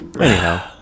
Anyhow